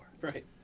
Right